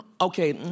Okay